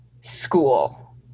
school